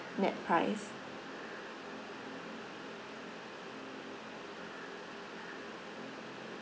net price